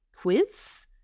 quiz